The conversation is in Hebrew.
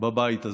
בבית הזה.